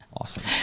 Awesome